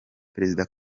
perezida